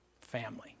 family